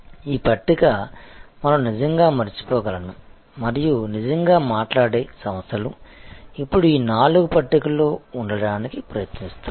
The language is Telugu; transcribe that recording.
ఈ పట్టిక మనం నిజంగా మరచిపోగలను మరియు నిజంగా మాట్లాడే సంస్థలు ఇప్పుడు ఈ నాలుగు పట్టికలో ఉండటానికి ప్రయత్నిస్తున్నాయి